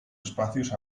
espacios